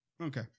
okay